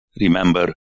remember